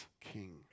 king